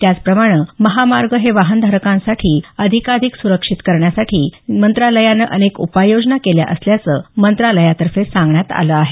तसंच महामार्ग हे वाहनधारकांसाठी अधिकाधिक सुरक्षित करण्यासाठी देखील मंत्रालयानं अनेक उपाययोजना केल्या असल्याचं मंत्रालयातर्फे सांगण्यात आलं आहे